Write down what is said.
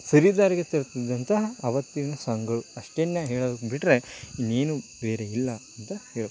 ಸರಿ ದಾರಿಗೆ ತರುತ್ತಿದ್ದಂತಹ ಆವತ್ತಿನ ಸಾಂಗುಗಳು ಅಷ್ಟನ್ನೇ ಹೇಳೋದು ಬಿಟ್ಟರೆ ಇನ್ನೇನು ಬೇರೆ ಇಲ್ಲ ಅಂತ ಹೇಳ್ಬೋದು